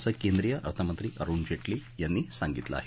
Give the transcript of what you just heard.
असं केंद्रीय अर्थमंत्री अरुण जेटली यांनी सांगितलं आहे